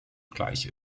gleich